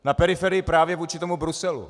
Na periferii právě vůči tomu Bruselu.